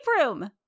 room